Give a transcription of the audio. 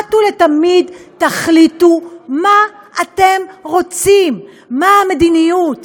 אחת ולתמיד תחליטו מה אתם רוצים, מה המדיניות.